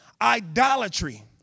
Idolatry